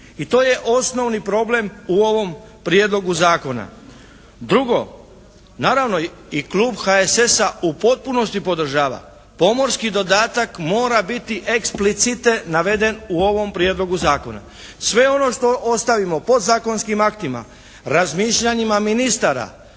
i to je osnovni problem u ovom prijedlogu zakona. Drugo, naravno i klub HSS-a u potpunosti podržava pomorski dodatak mora biti eksplicite naveden u ovom prijedlogu zakona. Sve ono što ostavimo podzakonskim aktima, razmišljanjima ministara,